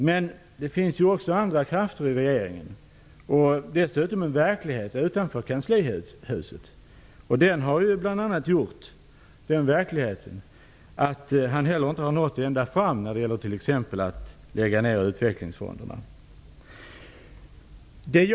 Men det finns ju också andra krafter i regeringen och dessutom en verklighet utanför kanslihuset, vilken bl.a. har gjort att han inte har nått ända fram när det t.ex. gäller att lägga ner utvecklingsfonderna.